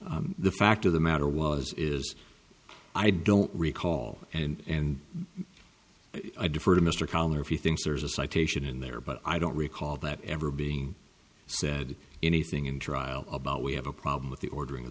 read the fact of the matter was is i don't recall and i defer to mr collyer if you think there's a citation in there but i don't recall that ever being said anything in trial about we have a problem with the ordering of